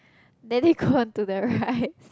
daddy gone to the right